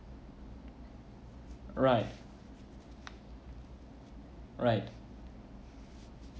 right right